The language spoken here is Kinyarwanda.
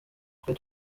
twe